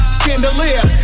chandelier